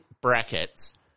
brackets